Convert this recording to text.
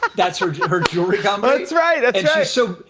that's her her jewelry company. that's right. that's yeah so